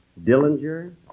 Dillinger